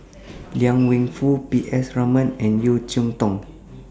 Liang Wenfu P S Raman and Yeo Cheow Tong